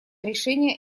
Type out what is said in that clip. решение